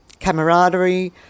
camaraderie